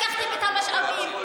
לקחתם את המשאבים,